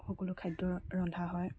সকলো খাদ্য ৰন্ধা হয়